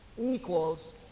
equals